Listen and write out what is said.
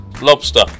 Lobster